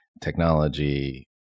technology